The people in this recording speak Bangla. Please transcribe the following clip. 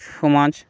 সমাজ